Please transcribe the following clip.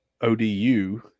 ODU